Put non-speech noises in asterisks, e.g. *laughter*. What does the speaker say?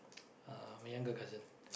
*noise* uh my younger cousin